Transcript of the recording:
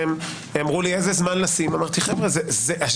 והם שאלו איזה זמן לשים אמרתי שנשאיר את זה ריק כי זו השאלה